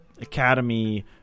academy